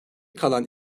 kalan